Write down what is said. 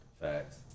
Facts